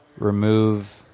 Remove